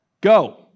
go